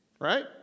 right